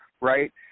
right